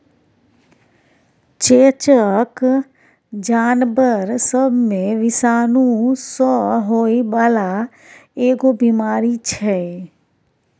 चेचक जानबर सब मे विषाणु सँ होइ बाला एगो बीमारी छै